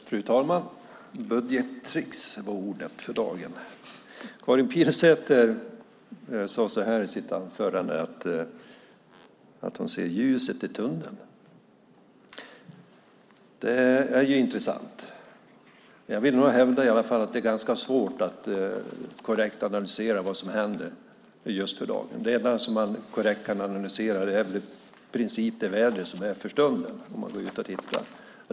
Fru talman! Budgettrick var ordet för dagen. Karin Pilsäter sade i sitt anförande att hon ser ljuset i tunneln. Det är intressant. Jag vill nog hävda att det är svårt att korrekt analysera vad som händer för dagen. Det enda som man korrekt kan analysera är i princip det väder som är för stunden om man går ut och tittar.